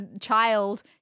child